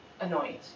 annoyed